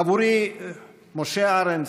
עבורי משה ארנס